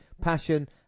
passion